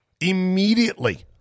immediately